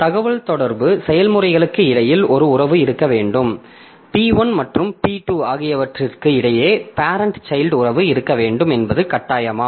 தகவல்தொடர்பு செயல்முறைகளுக்கு இடையில் ஒரு உறவு இருக்க வேண்டும் P1 மற்றும் P2 ஆகியவற்றுக்கு இடையே பேரெண்ட் சைல்ட் உறவு இருக்க வேண்டும் என்பது கட்டாயமா